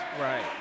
Right